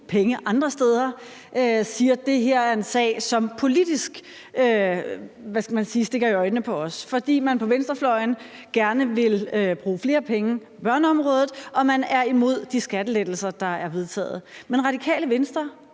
penge andre steder, siger, at det her er en sag, som politisk set springer i øjnene, fordi man på venstrefløjen gerne vil bruge flere penge på børneområdet, og fordi man er imod de skattelettelser, der er vedtaget. Men Radikale Venstre